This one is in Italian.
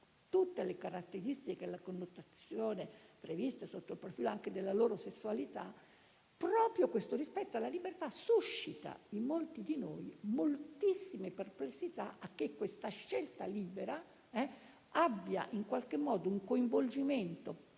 tutte le caratteristiche e la connotazione previste sotto il profilo anche della loro sessualità; proprio questo rispetto per la libertà suscita in molti di noi moltissime perplessità a che questa scelta libera abbia un coinvolgimento